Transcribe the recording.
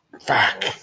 Fuck